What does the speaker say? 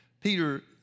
Peter